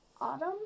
Autumn